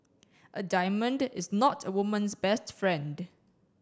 a diamond is not a woman's best friend